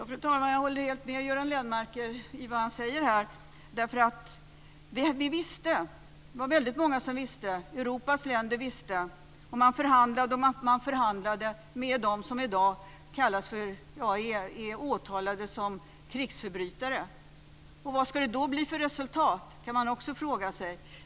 Fru talman! Jag håller helt med Göran Lennmarker i vad han säger här, därför att vi var väldigt många som visste, Europas länder visste. Och man förhandlade och förhandlade med dem som i dag är åtalade som krigsförbrytare. Och vad ska det då bli för resultat kan man också fråga sig.